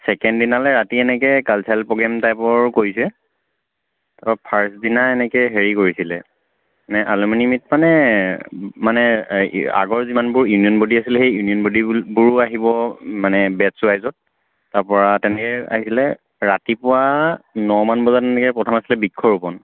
second দিনালৈ ৰাতি এনেকৈ কালচাৰেল প্ৰগ্ৰেম টাইপৰ কৰিছে তাৰপৰা ফাৰ্ষ্ট দিনা এনেকৈ হেৰি কৰিছিলে মানে আলুমিনি মিট মানে মানে এই আগৰ যিমানবোৰ ইউনিয়ন বডী আছিলে সেই ইউনিয়ন বডীবোৰো আহিব মানে বেটছ ৱাইজত তাৰপৰা তেনেকৈ আহিছিলে ৰাতিপুৱা নমান বজাত তেনেকৈ প্ৰথম আছিলে বৃক্ষ ৰোপণ